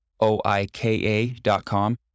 o-i-k-a.com